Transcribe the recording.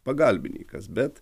pagalbininkas bet